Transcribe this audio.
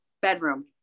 bedroom